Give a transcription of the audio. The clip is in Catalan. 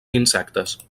insectes